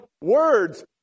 words